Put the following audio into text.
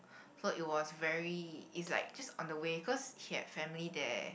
so it was very it's like just on the way cause he had family there